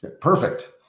perfect